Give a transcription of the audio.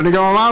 ואני גם אמרתי: